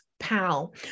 Pal